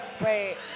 Wait